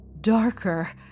darker